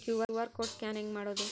QR code scan ಹೆಂಗ್ ಮಾಡೋದು?